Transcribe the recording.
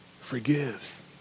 forgives